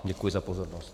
Děkuji za pozornost.